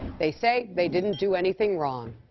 they say they didn't do anything wrong,